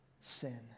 Sin